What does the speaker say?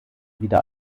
wieder